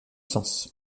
sens